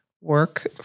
work